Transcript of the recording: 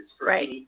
Right